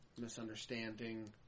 Misunderstanding